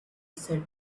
set